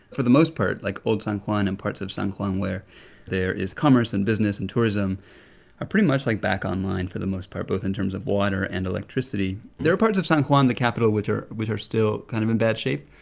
for the most part, like, old san juan and parts of san juan where there is commerce and business and tourism are pretty much, like, back online for the most part, both in terms of water and electricity there are parts of san juan, the capital, which are still still kind of in bad shape.